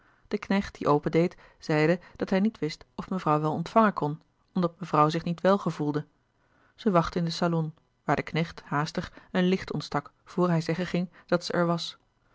de knecht die open deed zeide dat hij niet wist of mevrouw wel ontvangen kon omdat mevrouw zich niet wel gevoelde zij wachtte in den salon waar de knecht haastig een licht ontstak voor hij zeggen ging dat zij er was